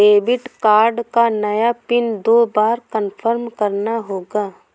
debit card का नया PIN दो बार कन्फर्म करना होगा